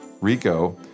RICO